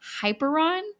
Hyperon